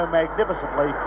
magnificently